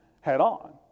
head-on